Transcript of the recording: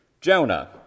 Jonah